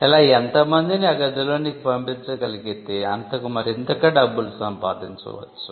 ఇలా ఎంత మందిని ఆ గదిలోనికి పంపించగలిగితే అంతకు మరింతగా డబ్బులు సంపాదించవచ్చు